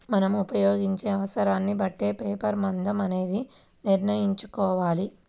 మనం ఉపయోగించే అవసరాన్ని బట్టే పేపర్ మందం అనేది నిర్ణయించుకోవాలి